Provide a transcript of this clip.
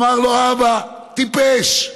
אמר לו האבא: טיפש.